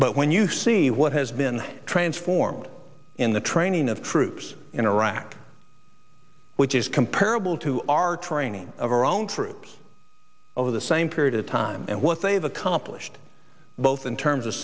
but when you see what has been transformed in the training of troops in iraq which is comparable to our training of our own troops over the same period of time and what they've accomplished both in terms of